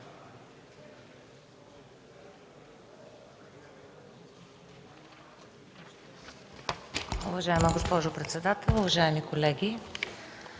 уважаеми господин председател. Уважаеми колеги,